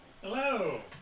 Hello